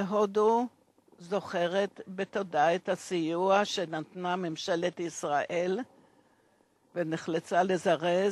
הודו זוכרת בתודה את הסיוע שנתנה ממשלת ישראל כשנחלצה לזרז